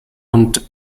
und